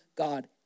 God